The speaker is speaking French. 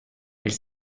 elle